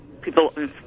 people